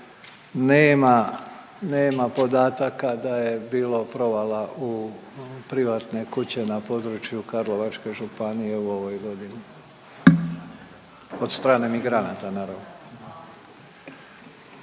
nema podataka da je bilo provala u privatne kuće na području Karlovačke županije u ovoj godini od strane migranata naravno.